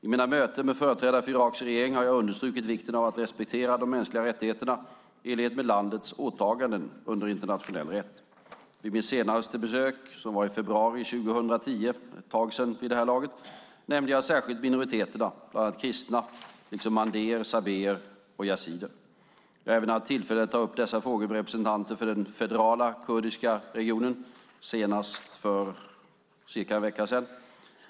I mina möten med företrädare för Iraks regering har jag understrukit vikten av att respektera de mänskliga rättigheterna i enlighet med landets åtaganden under internationell rätt. Vid mitt senaste besök, i februari 2010 - ett tag sedan vid det här laget - nämnde jag särskilt minoriteterna, bland annat kristna liksom mandéer/sabéer och yazidier. Jag har även haft tillfällen att ta upp dessa frågor med representanter för den federala kurdiska regionen, senast för cirka en vecka sedan.